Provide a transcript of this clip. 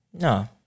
No